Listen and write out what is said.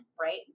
right